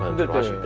that one.